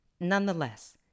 Nonetheless